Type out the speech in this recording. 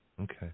Okay